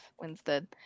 Winstead